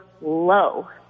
low